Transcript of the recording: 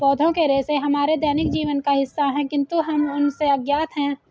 पौधों के रेशे हमारे दैनिक जीवन का हिस्सा है, किंतु हम उनसे अज्ञात हैं